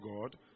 God